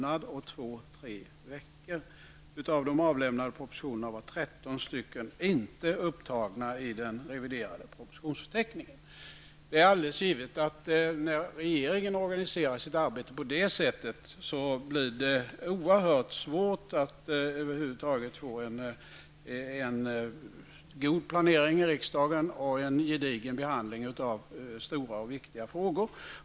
Av de avlämnade propositionerna var 13 inte upptagna i den reviderade propositionsförteckningen. När regeringen organiserar sitt arbete på det här sättet är det alldeles givet att det är oerhört svårt att över huvud taget få en god planering i riksdagen och en gedigen behandling av stora och viktiga frågor.